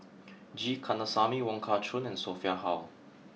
G Kandasamy Wong Kah Chun and Sophia Hull